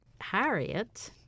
Harriet